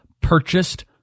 purchased